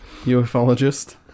UFOlogist